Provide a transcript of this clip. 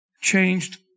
changed